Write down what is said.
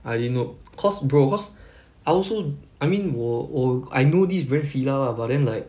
I didn't know cause bro cause I also I mean 我我 I know this brand FILA lah but then like